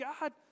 God